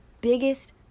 biggest